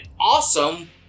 awesome